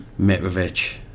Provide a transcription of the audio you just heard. Mitrovic